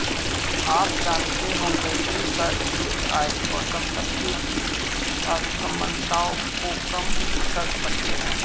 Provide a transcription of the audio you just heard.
आप जानते होंगे की कर से आय और सम्पति की असमनताओं को कम कर सकते है?